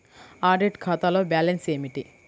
Audit ఖాతాలో balance ఏమిటీ?